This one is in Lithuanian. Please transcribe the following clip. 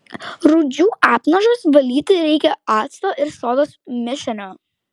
rūdžių apnašas valyti reikia acto ir sodos mišiniu